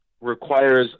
requires